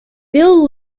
bill